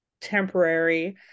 temporary